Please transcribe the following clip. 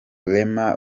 rema